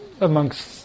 amongst